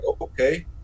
Okay